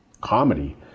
comedy